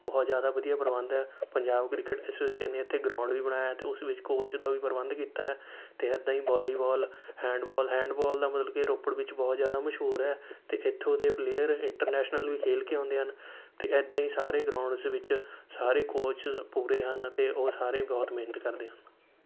ਬਹੁਤ ਜ਼ਿਆਦਾ ਵਧੀਆ ਪ੍ਰਬੰਧ ਹੈ ਪੰਜਾਬ ਕ੍ਰਿਕਟ ਐਸੋਸ਼ੀਏਸ਼ਨ ਨੇ ਇੱਥੇ ਗਰਾਊਂਡ ਵੀ ਬਣਾਇਆ ਹੈ ਅਤੇ ਉਸ ਵਿੱਚ ਕੋਚ ਦਾ ਵੀ ਪ੍ਰਬੰਧ ਕੀਤਾ ਹੈ ਅਤੇ ਇੱਦਾਂ ਹੀ ਵੋਲੀਬੋਲ ਹੈਂਡਬੋਲ ਹੈਂਡਬੋਲ ਦਾ ਮਤਲਬ ਕਿ ਰੋਪੜ ਵਿੱਚ ਬਹੁਤ ਜ਼ਿਆਦਾ ਮਸ਼ਹੂਰ ਹੈ ਅਤੇ ਇੱਥੋਂ ਦੇ ਪਲੇਅਰ ਇੰਟਰਨੈਸ਼ਨਲ ਵੀ ਖੇਲ ਕੇ ਆਉਂਦੇ ਹਨ ਅਤੇ ਇੱਦਾਂ ਹੀ ਸਾਰੇ ਗਰਾਊਂਡਸ ਵਿੱਚ ਸਾਰੇ ਕੋਚ ਪੂਰੇ ਹਨ ਅਤੇ ਉਹ ਸਾਰੇ ਬਹੁਤ ਮਿਹਨਤ ਕਰਦੇ ਹਨ